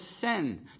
sin